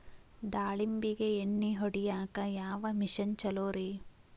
ದಾಳಿಂಬಿಗೆ ಎಣ್ಣಿ ಹೊಡಿಯಾಕ ಯಾವ ಮಿಷನ್ ಛಲೋರಿ?